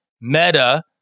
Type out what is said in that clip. Meta